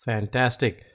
Fantastic